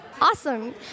Awesome